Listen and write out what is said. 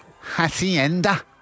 hacienda